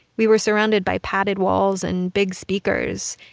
we were surrounded by padded walls and big speakers.